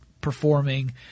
performing